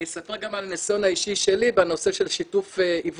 אני אספר גם על הניסיון האישי שלי בנושא של שיתוף עיוורים